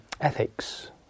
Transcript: ethics